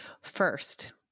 First